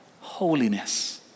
Holiness